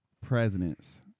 presidents